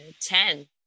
ten